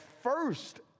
first